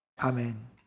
Amen